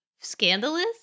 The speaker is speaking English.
scandalous